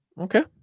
okay